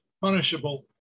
punishable